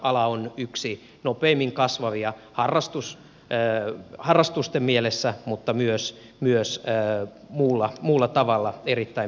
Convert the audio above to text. ala on yksi nopeimmin kasvavia harrastusten mielessä mutta myös muulla tavalla erittäin myönteisessä kehityksessä